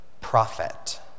prophet